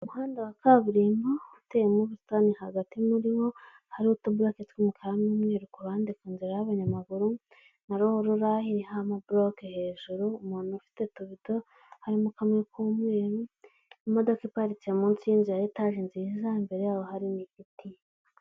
Umuhanda wa kaburimbo uteyemo ubusitani muri wo, hariho utuburoke tw'umukara n'umweru, ku ruhande ku nzira y'abanyamaguru. Na ruhurura iriho amaburoke hejuru, umuntu ufite utubido harimo kamwe k'umweru, imodoka iparitse munsi y'inzu ya etaje nziza imbere yaho hari n'igiti.